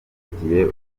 babifitiye